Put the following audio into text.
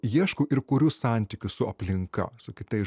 ieškau ir kuriu santykius su aplinka su kitais